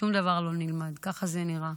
שום דבר לא נלמד, ככה זה נראה.